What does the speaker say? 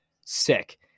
Sick